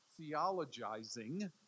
theologizing